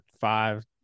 five